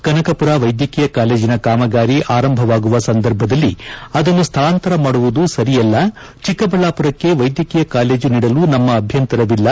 ಕನಕಪುರ ವೈದ್ಯಕೀಯ ಕಾಲೇಜಿನ ಕಾಮಗಾರಿ ಆರಂಭವಾಗುವ ಸಂದರ್ಭದಲ್ಲಿ ಅದನ್ನು ಸ್ಥಳಾಂತರ ಮಾಡುವುದು ಸರಿಯಲ್ಲ ಚಿಕ್ಕ ಬಳ್ಳಾಪುರಕ್ಕೆ ವೈದ್ಯಕೀಯ ಕಾಲೇಜು ನೀಡಲು ನಮ್ಮ ಅಭ್ಯಂತರವಿಲ್ಲ